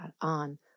on